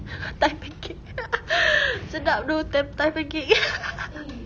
thai pancake sedap dok thai pancake